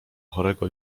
chorego